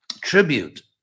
tribute